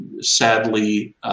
Sadly